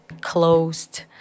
closed